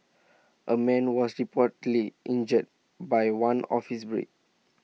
A man was reportedly injured by one of his bricks